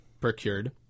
procured